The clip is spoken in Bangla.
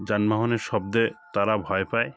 যানবাহনের শব্দে তারা ভয় পায়